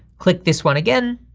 click this one again,